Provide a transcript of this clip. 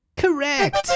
Correct